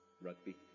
rugby